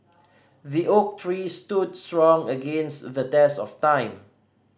the oak tree stood strong against the test of time